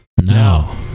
now